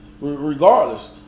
regardless